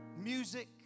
Music